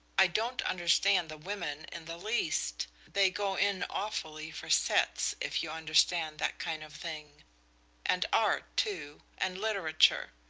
i don't understand the women in the least they go in awfully for sets, if you understand that kind of thing and art, too, and literature.